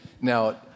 Now